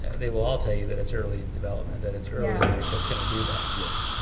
they will all tell you that it's early development. that it's early work that's going to do that. yes.